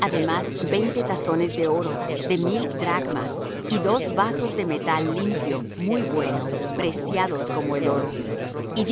además veinte tazones de oro de mil dracmas y dos vasos de metal limpio muy bueno preciados como el oro y